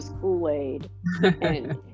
Kool-Aid